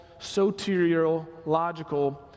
soteriological